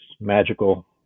magical